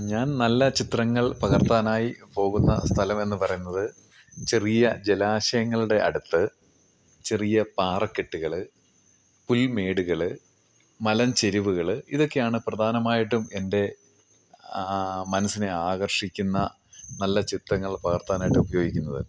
ഞാൻ നല്ല ചിത്രങ്ങൾ പകർത്താനായി പോകുന്ന സ്ഥലമെന്നു പറയുന്നത് ചെറിയ ജലാശയങ്ങളുടെ അടുത്ത് ചെറിയ പാറക്കെട്ടുകൾ പുൽമേടുകൾ മലഞ്ചെരുവുകൾ ഇതൊക്കെയാണ് പ്രധാനമായിട്ടും എൻ്റെ മനസ്സിനെ ആകർഷിക്കുന്ന നല്ല ചിത്രങ്ങൾ പകർത്താനായിട്ട് ഉപയോഗിക്കുന്നത്